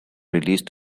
released